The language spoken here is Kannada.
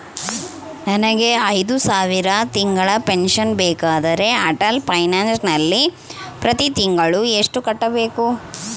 ನನಗೆ ಐದು ಸಾವಿರ ತಿಂಗಳ ಪೆನ್ಶನ್ ಬೇಕಾದರೆ ಅಟಲ್ ಪೆನ್ಶನ್ ನಲ್ಲಿ ಪ್ರತಿ ತಿಂಗಳು ಎಷ್ಟು ಕಟ್ಟಬೇಕು?